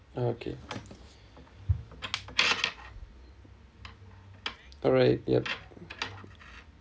okay alright yup